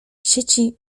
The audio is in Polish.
sieci